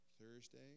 Thursday